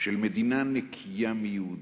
של מדינה נקייה מיהודים.